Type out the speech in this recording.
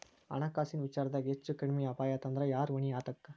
ಹಣ್ಕಾಸಿನ್ ವಿಚಾರ್ದಾಗ ಹೆಚ್ಚು ಕಡ್ಮಿ ಅಪಾಯಾತಂದ್ರ ಯಾರ್ ಹೊಣಿ ಅದಕ್ಕ?